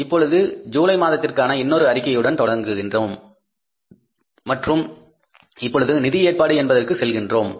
இப்பொழுது ஜூலை மாதத்திற்கான இன்னொரு அறிக்கையுடன் தொடர்கின்றோம் மற்றும் இப்பொழுது நிதி ஏற்பாடு என்பதற்கு செல்கின்றோம்